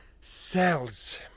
Cells